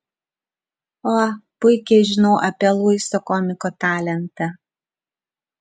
o puikiai žinau apie luiso komiko talentą